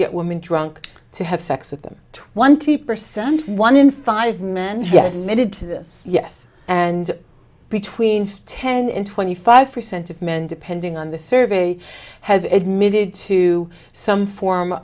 get women drunk to have sex with them twenty percent one in five men yes added to this yes and between ten and twenty five percent of men depending on the survey have admitted to some form